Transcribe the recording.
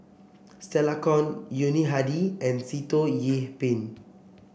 Stella Kon Yuni Hadi and Sitoh Yih Pin